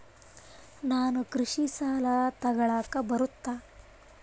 ನಾನು ಕೃಷಿ ಸಾಲ ತಗಳಕ ಬರುತ್ತಾ?